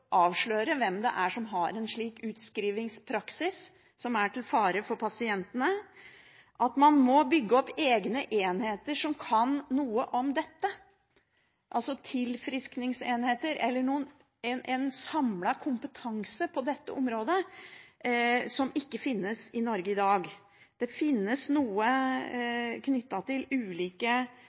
avsløre hvem som har en slik utskrivingspraksis, som er til fare for pasientene. Man må bygge opp egne enheter som kan noe om dette, altså tilfriskningsenheter, eller en samlet kompetanse på dette området, som ikke finnes i Norge i dag. Det finnes noe knyttet til ulike